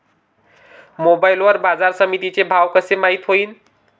Mobile वर बाजारसमिती चे भाव कशे माईत होईन?